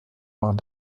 waren